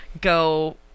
go